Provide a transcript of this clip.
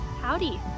Howdy